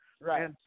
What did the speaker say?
Right